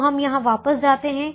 तो हम यहां वापस जाते हैं